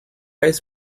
eyes